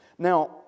Now